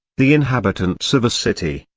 the inhabitants of a city,